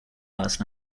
last